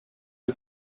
you